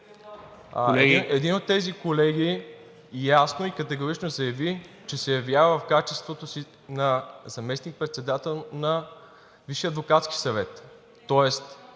един от тези колеги ясно и категорично заяви, че се явява в качеството си на заместник-председател на